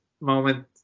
moment